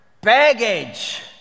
baggage